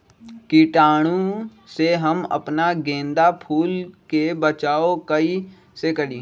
कीटाणु से हम अपना गेंदा फूल के बचाओ कई से करी?